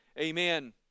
amen